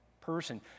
person